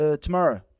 tomorrow